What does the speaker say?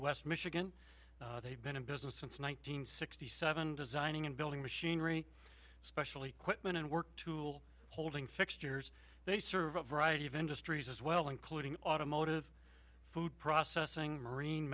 west michigan they've been in business since one nine hundred sixty seven designing and building machinery especially quitman and work tool holding fixtures they serve a variety of industries as well including automotive food processing marine